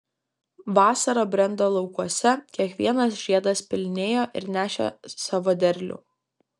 vasara brendo laukuose kiekvienas žiedas pilnėjo ir nešė savo derlių